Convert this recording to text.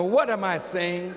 what am i saying